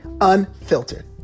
unfiltered